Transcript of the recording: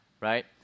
right